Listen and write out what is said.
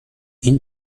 این